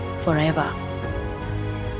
forever